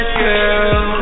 girl